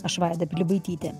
aš vaida pilibaitytė